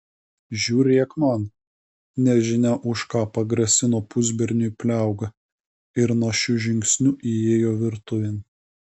žiūrėk man nežinia už ką pagrasino pusberniui pliauga ir našiu žingsniu įėjo virtuvėn